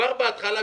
כבר בהתחלה,